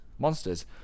monsters